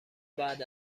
بعد